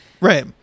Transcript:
right